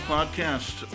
Podcast